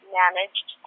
managed